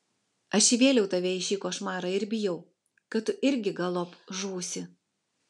aš įvėliau tave į šį košmarą ir bijau kad tu irgi galop žūsi